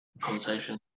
conversation